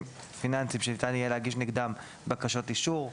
פיננסיים שניתן יהיה להגיש נגדם בקשות אישור,